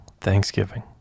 thanksgiving